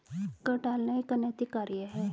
कर टालना एक अनैतिक कार्य है